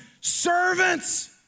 servants